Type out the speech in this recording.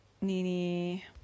Nini